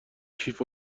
کیف